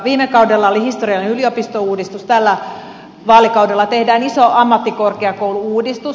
viime kaudella oli historiallinen yliopistouudistus tällä vaalikaudella tehdään iso ammattikorkeakoulu uudistus